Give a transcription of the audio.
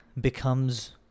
becomes